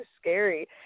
scary